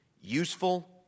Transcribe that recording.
Useful